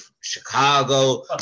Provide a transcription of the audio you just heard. Chicago